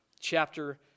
chapter